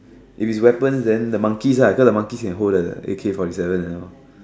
if it's weapons then the monkeys right so the monkeys can hold the A_K-forty-seven and all